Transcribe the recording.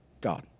God